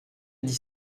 dit